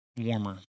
warmer